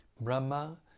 Brahma